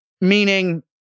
Meaning